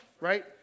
right